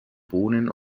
bohnen